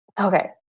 Okay